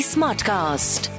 Smartcast